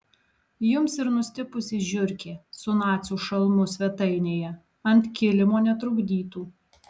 jums ir nustipusi žiurkė su nacių šalmu svetainėje ant kilimo netrukdytų